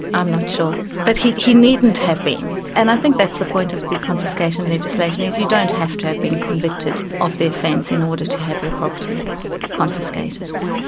i'm not sure, but he he needn't have been, and i think that's the point of the confiscation legislation, is you don't have to have been convicted of the offence in order to have your property confiscated.